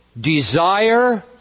desire